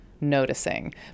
noticing